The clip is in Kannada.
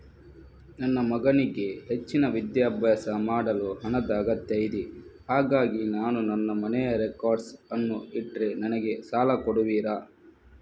ನನ್ನ ಮಗನಿಗೆ ಹೆಚ್ಚಿನ ವಿದ್ಯಾಭ್ಯಾಸ ಮಾಡಲು ಹಣದ ಅಗತ್ಯ ಇದೆ ಹಾಗಾಗಿ ನಾನು ನನ್ನ ಮನೆಯ ರೆಕಾರ್ಡ್ಸ್ ಅನ್ನು ಇಟ್ರೆ ನನಗೆ ಸಾಲ ಕೊಡುವಿರಾ?